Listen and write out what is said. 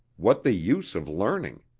what the use of learning?